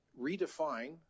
redefine